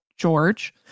George